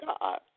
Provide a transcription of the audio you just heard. God